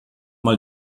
mal